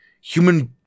Human